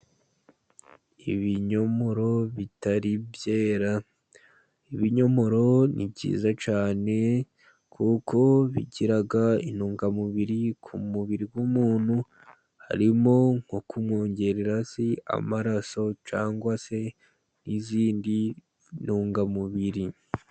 Ibinyomoro bitari byera, ibinyomoro ni byiza cyane, kuko bigira intungamubiri ku mubiri w'umuntu, harimo nko kumwongerera amaraso, cyangwa se n'izindi ntungamubiri.